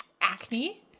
Acne